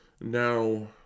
now